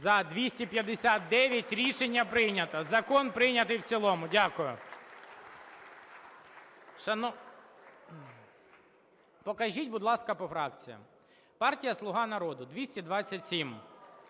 За-259 Рішення прийнято. Закон прийнятий в цілому. Дякую. Покажіть, будь ласка, по фракціям. Партія "Слуга народу" – 227,